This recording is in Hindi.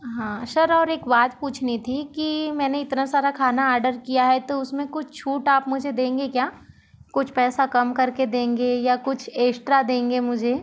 हाँ सर और एक बात पूछनी थी कि मैंने इतना सारा खाना ऑर्डर किया है तो उसमें कुछ छूट आप मुझे देंगे क्या कुछ पैसा कम करके देंगे या कुछ एक्स्ट्रा देंगे मुझे